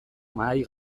mahai